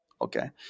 Okay